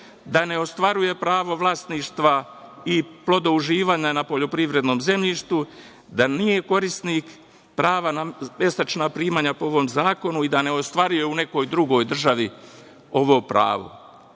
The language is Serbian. da ne ostvaruje pravo vlasništva, i plodouživanja na poljoprivrednom zemljištu, da nije korisnik prava na mesečna primanja po ovom zakonu i da ne ostvaruje u nekoj drugoj državi ovo pravo.I